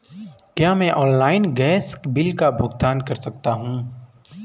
क्या मैं online gas bill का भुगतान कर सकता हूँ?